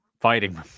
fighting